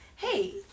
Hey